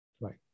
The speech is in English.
Right